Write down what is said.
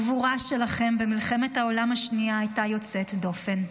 הגבורה שלכם במלחמת העולם השנייה הייתה יוצאת דופן.